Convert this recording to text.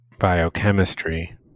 biochemistry